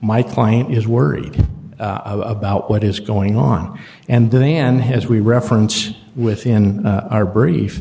my client is worried about what is going on and then has we reference within our brief